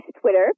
Twitter